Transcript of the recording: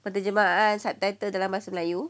penterjemah subtitle ah dalam bahasa melayu